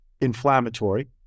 inflammatory